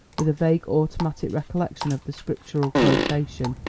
with a vague automatic recollection of the scriptural quotation.